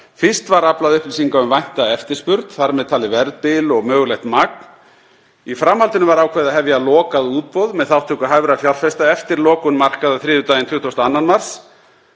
Fyrst var aflað upplýsinga um vænta eftirspurn, þar með talið verðbil og mögulegt magn. Í framhaldinu var ákveðið að hefja lokað útboð með þátttöku hæfra fjárfesta eftir lokun markaða þriðjudaginn 22. mars